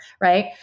right